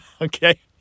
Okay